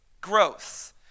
growth